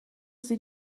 sie